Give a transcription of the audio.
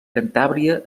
cantàbria